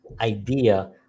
idea